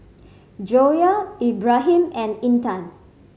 Joyah Ibrahim and Intan